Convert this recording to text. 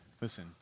Listen